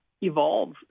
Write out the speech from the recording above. evolve